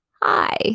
hi